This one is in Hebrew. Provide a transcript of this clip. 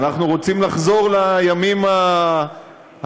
אנחנו רוצים לחזור הימים הטובים,